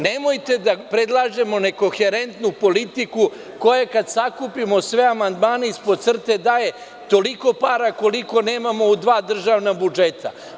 Nemojte da predlažemo nekoherentnu politiku koja kad sakupimo sve amandmane ispod crte, daje toliko para koliko nemamo u dva državna budžeta.